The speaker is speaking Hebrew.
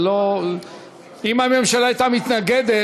אם הממשלה הייתה מתנגדת,